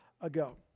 ago